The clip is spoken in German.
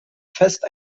fest